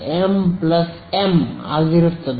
ಆದ್ದರಿಂದ ಅದು n m m ಆಗಿರುತ್ತದೆ